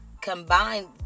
combined